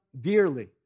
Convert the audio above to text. dearly